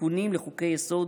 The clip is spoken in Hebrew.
תיקונים לחוקי-יסוד,